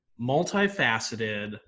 multifaceted